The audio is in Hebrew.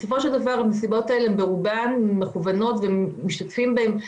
בסופו של דבר המסיבות האלה הן ברובן מכוונות ומשתתפים בהן.